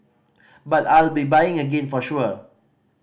but I'll be buying again for sure